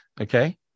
Okay